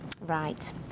Right